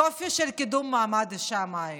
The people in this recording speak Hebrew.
יופי של קידום מעמד אישה, מאי.